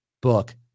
book